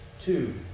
Two